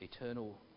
eternal